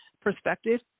perspective